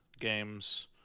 games